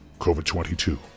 COVID-22